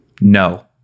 No